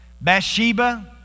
Bathsheba